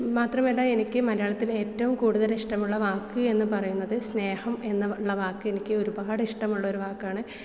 മാത്രമല്ല എനിക്ക് മലയാളത്തിലെ ഏറ്റവും കൂടുതലിഷ്ടമുള്ള വാക്ക് എന്ന് പറയുന്നത് സ്നേഹം എന്നുള്ള വാക്ക് എനിക്ക് ഒരുപാട് ഇഷ്ടമുള്ള ഒരു വാക്കാണ്